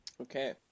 Okay